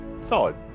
solid